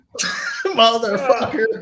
motherfucker